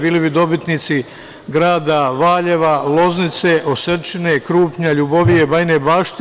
Bili bi dobitni grad Valjevo, Loznica, Osečina, Krupanj, LJubovija, Bajina Bašta.